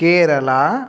Kerala